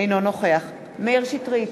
אינו נוכח מאיר שטרית,